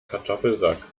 kartoffelsack